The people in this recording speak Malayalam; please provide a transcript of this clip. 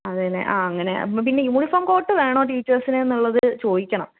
അതെ അല്ലേ ആ അങ്ങനെ പിന്നെ യൂണിഫോം കോട്ട് വേണോ ടീച്ചേഴ്സിന് എന്നുള്ളത് ചോദിക്കണം